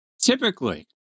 typically